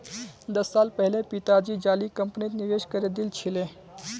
दस साल पहले पिताजी जाली कंपनीत निवेश करे दिल छिले